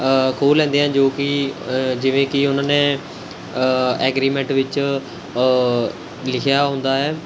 ਖੋਹ ਲੈਂਦੇ ਹਨ ਜੋ ਕਿ ਜਿਵੇਂ ਕਿ ਉਨ੍ਹਾਂ ਨੇ ਐਗਰੀਮੈਂਟ ਵਿੱਚ ਲਿਖਿਆ ਹੁੰਦਾ ਹੈ